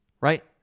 right